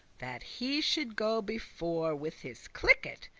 that he should go before with his cliket.